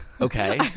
okay